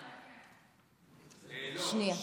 שנייה.